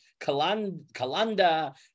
Kalanda